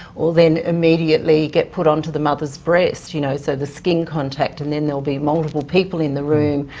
or then immediately get put onto the mother's breast, you know, so the skin contact and then there'll be multiple people in the room,